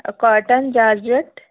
cotton georgette